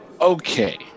Okay